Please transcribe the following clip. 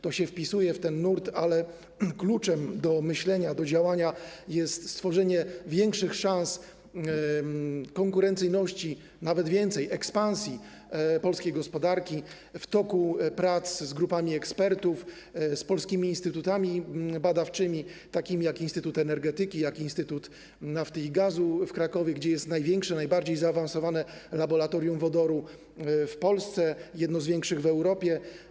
To się wpisuje w ten nurt, ale kluczem do myślenia, do działania jest stworzenie większych szans konkurencyjności, nawet więcej: ekspansji, polskiej gospodarki w toku prac z grupami ekspertów, z polskimi instytutami badawczymi, takimi jak Instytut Energetyki, Instytut Nafty i Gazu w Krakowie, w którym jest największe, najbardziej zaawansowane laboratorium wodoru w Polsce, jedno z większych w Europie.